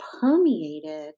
permeated